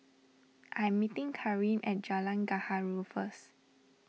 I am meeting Kareem at Jalan Gaharu first